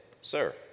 Sir